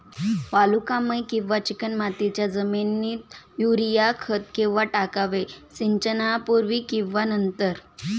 वालुकामय किंवा चिकणमातीच्या जमिनीत युरिया खत केव्हा टाकावे, सिंचनापूर्वी की नंतर?